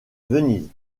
venise